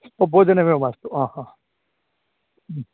ओ भोजनमेव मास्तु हम्